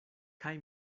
kaj